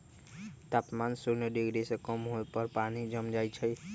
तापमान शुन्य डिग्री से कम होय पर पानी जम जाइ छइ